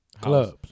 Clubs